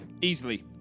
easily